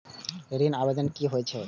ऋण आवेदन की होय छै?